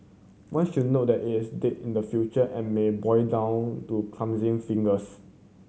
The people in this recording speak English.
one should note that it is date in the future and may boil down to clumsy fingers